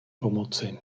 pomoci